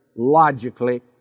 logically